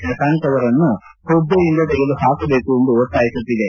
ಶಶಾಂಕ್ ಅವರನ್ನು ಪುದ್ದೆಯಿಂದ ತೆಗೆದು ಹಾಕಬೇಕು ಎಂದು ಒತ್ತಾಯಿಸುತ್ತಿದೆ